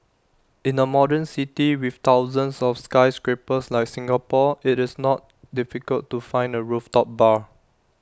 in A modern city with thousands of skyscrapers like Singapore IT is not difficult to find A rooftop bar